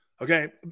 Okay